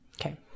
Okay